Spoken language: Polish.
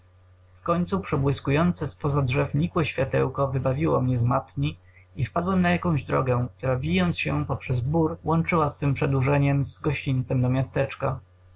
miejsce wkońcu przebłyskujące z poza drzew nikłe światełko wybawiło mnie z matni i wpadłem na jakąś drogę która wijąc się poprzez bór łączyła swem przedłużeniem z gościńcem do miasteczka